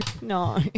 no